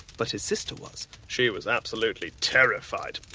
but his sister was, she was absolutely terrified,